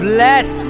Bless